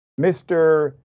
Mr